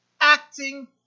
acting